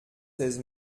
seize